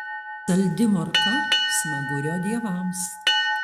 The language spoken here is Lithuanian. saldi morka smagurio dievams